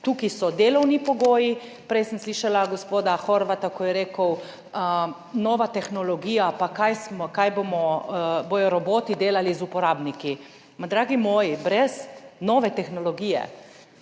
Tukaj so delovni pogoji. Prej sem slišala gospoda Horvata, ko je rekel, nova tehnologija in kaj bodo roboti delali z uporabniki. Dragi moji, brez nove tehnologije,